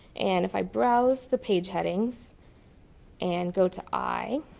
and if i browse the page headings and go to i